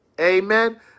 Amen